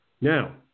Now